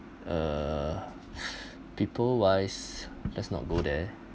uh people wise let's not go there